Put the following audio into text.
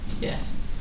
Yes